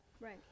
Right